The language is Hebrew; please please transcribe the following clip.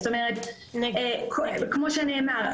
זאת אומרת כמו שנאמר,